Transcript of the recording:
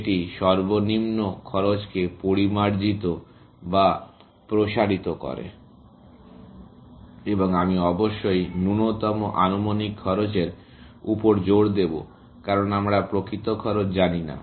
যেটি সর্বনিম্ন খরচকে পরিমার্জিত বা প্রসারিত করে এবং আমি অবশ্যই ন্যূনতম আনুমানিক খরচের উপর জোর দেবো কারণ আমরা প্রকৃত খরচ জানি না